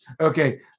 Okay